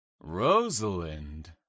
Rosalind